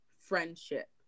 friendship